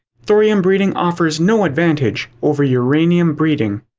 thorium breeding offers no advantage over uranium breeding.